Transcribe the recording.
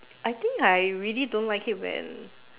I think I really don't like it when